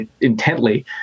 intently